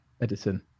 Edison